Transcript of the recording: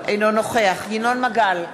אינו נוכח ינון מגל,